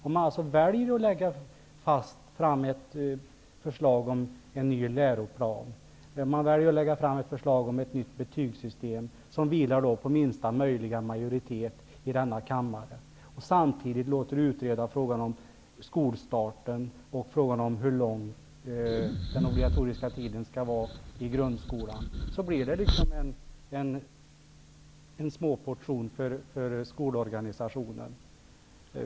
Om man väljer att lägga fram ett förslag om en ny läroplan eller ett nytt betygssystem, som vilar på minsta möjliga majoritet i denna kammare samtidigt som man låter utreda frågan om skolstarten och frågan om hur lång den obligatoriska skolgången i grundskolan skall vara, så blir det en småportion för skolorganisationen.